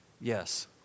Yes